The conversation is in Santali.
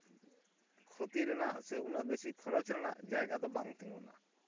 ᱠᱷᱚᱛᱤ ᱨᱮᱱᱟᱜ ᱥᱮ ᱩᱱᱟᱹᱜ ᱵᱮᱥᱤ ᱠᱷᱚᱨᱚᱪ ᱨᱮᱱᱟᱜ ᱡᱟᱭᱜᱟ ᱫᱚ ᱵᱟᱝ ᱛᱤᱸᱜᱩᱱᱟ